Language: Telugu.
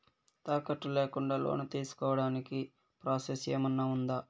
తాకట్టు లేకుండా లోను తీసుకోడానికి ప్రాసెస్ ఏమన్నా ఉందా?